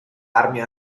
armi